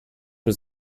was